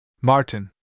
Martin